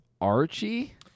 Archie